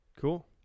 Cool